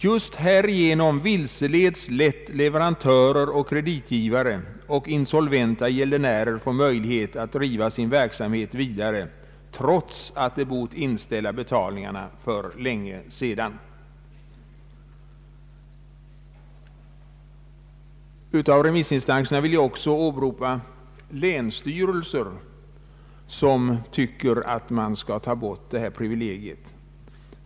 Just härigenom vilseleds lätt leverantörer och kreditgivare, och insolventa gäldenärer får möjlighet att driva sin verksamhet vidare trots att de bort inställa betalningarna för länge sedan.” Av remissinstanserna vill jag också åberopa länsstyrelser, som anser att man bör ta bort detta privilegium.